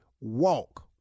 walk